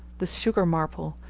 the sugar-maple,